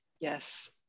Yes